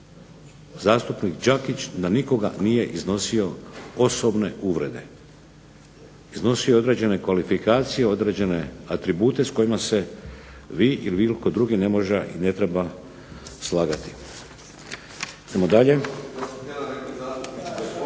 zastupnik Đakić za nikoga nije iznosio osobne uvrede. Iznosio je određene kvalifikacije određene atribute s kojima se vi ili nitko drugi ne treba slagati.